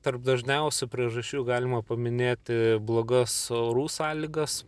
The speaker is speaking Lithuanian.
tarp dažniausių priežasčių galima paminėti blogas orų sąlygas